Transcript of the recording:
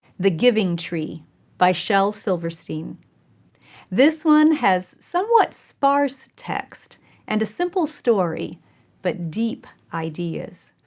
the giving tree by shel silverstein this one has somewhat sparse text and a simple story but deep ideas.